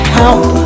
help